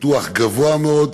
ביטוח גבוה מאוד,